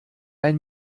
ein